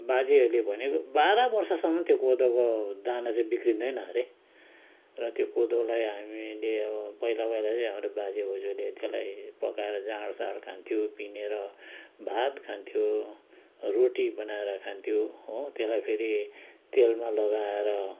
बाजेहरूले भनेको बाह्र बर्षसम्म त्यो कोदोको दाना चाहिँ बिग्रिँदैन अरे र त्यो कोदोलाई हामीले अब पहिला पहिला चाहिँ हाम्रो बाजे बोजूले त्यसलाई पकाएर जाँडसाँड खान्थ्यो पिनेर भात खान्थ्यो रोटी बनाएर खान्थ्यो हो त्यसलाई फेरि तेलमा लगाएर